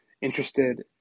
interested